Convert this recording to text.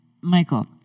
Michael